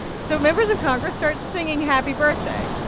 so members of congress started singing happy birthday.